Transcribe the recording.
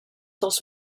dels